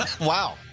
Wow